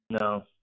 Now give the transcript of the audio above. No